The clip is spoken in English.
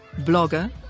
blogger